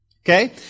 Okay